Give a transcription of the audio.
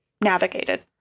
navigated